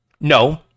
No